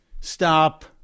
Stop